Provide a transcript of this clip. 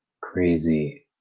crazy